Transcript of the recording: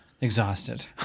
exhausted